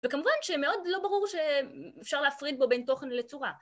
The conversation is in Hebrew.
וכמובן שמאוד לא ברור שאפשר להפריד בו בין תוכן לצורה.